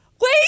Wait